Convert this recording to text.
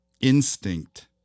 instinct